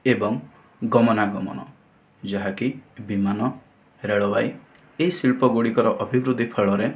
ଏବଂ ଗମନା ଗମନ ଯାହାକି ବିମାନ ରେଳବାଇ ଏହି ଶିଳ୍ପ ଗୁଡ଼ିକର ଅଭିବୃଦ୍ଧି ଫଳରେ